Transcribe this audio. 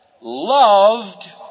loved